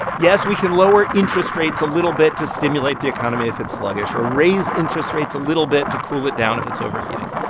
yes, we can lower interest rates a little bit to stimulate the economy if it's sluggish or raise interest rates a little bit to cool it down if it's overheating.